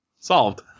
Solved